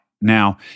Now